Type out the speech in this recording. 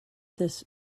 this